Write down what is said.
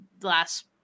last